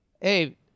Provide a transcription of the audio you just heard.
hey